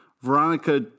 Veronica